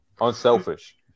unselfish